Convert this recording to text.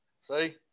see